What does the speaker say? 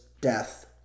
death